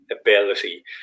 ability